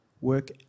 Work